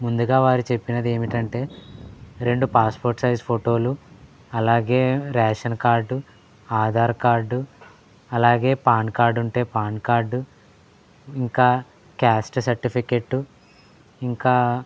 ముందుగా వారు చెప్పినది ఏమిటంటే రెండు పాస్పోర్ట్ సైజ్ ఫోటోలు అలాగే రేషన్ కార్డు ఆధార్ కార్డు అలాగే పాన్ కార్డు ఉంటే పాన్ కార్డు ఇంకా క్యాస్ట్ సర్టిఫికేటు ఇంకా